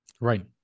Right